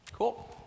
Cool